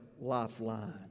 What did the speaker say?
lifeline